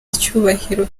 icyubahiro